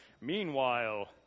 Meanwhile